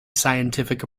scientific